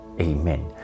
Amen